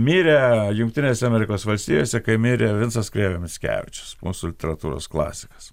mirė jungtinėse amerikos valstijose kai mirė vincas krėvė mickevičius mūsų literatūros klasikas